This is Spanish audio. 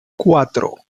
cuatro